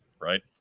Right